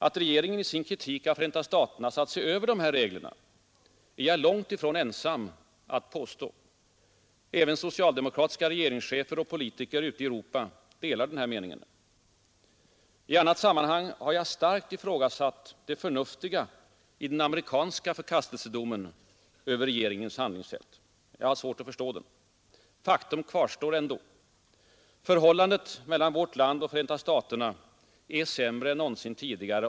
Att regeringen i sin kritik av Förenta staterna satt sig över dessa regler är jag långt ifrån ensam om att påstå. Även socialdemokratiska regeringschefer och politiker ute i Europa delar denna mening. I annat sammanhang har jag starkt ifrågasatt det förnuftiga i den amerikanska förkastelsedomen över regeringens handlingssätt. Jag har svårt att förstå dess styrka. Faktum kvarstår likväl. Förhållandet mellan vårt land och Förenta staterna är sämre än någonsin tidigare.